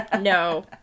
no